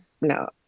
no